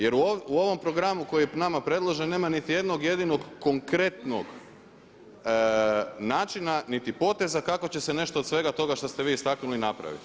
Jer u ovom programu koji je nama predložen nema niti jednog jedinog konkretnog načina niti poteza kako će se nešto od svega toga što ste vi istaknuli napraviti.